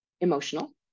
emotional